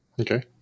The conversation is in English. Okay